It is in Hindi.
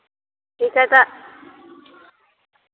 इसे तो